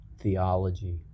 theology